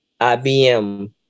IBM